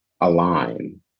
align